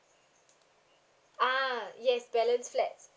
ah yes balance flat